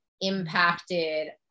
impacted